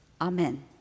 Amen